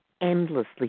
endlessly